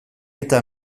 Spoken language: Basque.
eta